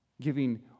giving